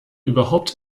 überhaupt